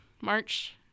March